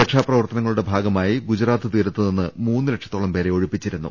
രക്ഷാപ്രവർത്തനങ്ങളുടെ ഭാഗമായി ഗുജറാത്ത് തീരത്ത് നിന്ന് മൂന്ന്ലക്ഷത്തോളം പേരെ ഒഴിപ്പിച്ചിരുന്നു